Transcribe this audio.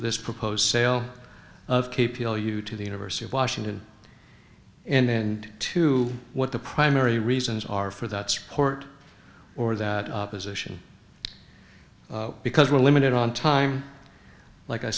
this proposed sale of k p l u to the university of washington and to what the primary reasons are for that support or that opposition because we're limited on time like i